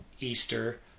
Easter